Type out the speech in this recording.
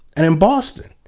and and boston.